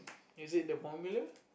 is it the formula